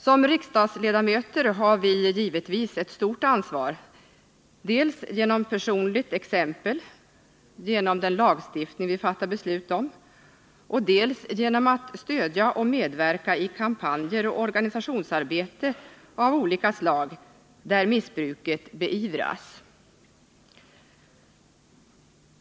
Som riksdagsledamöter har vi givetvis ett stort ansvar, dels genom personligt exempel och genom den lagstiftning vi fattar beslut om, dels genom att stödja och medverka i kampanjer och organisationsarbete av olika slag där missbruket beivras.